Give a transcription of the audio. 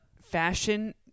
fashion